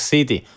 City